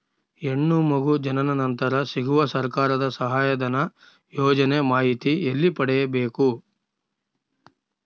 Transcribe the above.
ಹೆಣ್ಣು ಮಗು ಜನನ ನಂತರ ಸಿಗುವ ಸರ್ಕಾರದ ಸಹಾಯಧನ ಯೋಜನೆ ಮಾಹಿತಿ ಎಲ್ಲಿ ಪಡೆಯಬೇಕು?